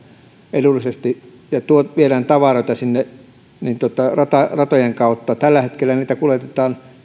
edullisesti ja minne viedään tavaroita ratojen kautta tällä hetkellähän niitä kuljetetaan